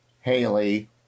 Haley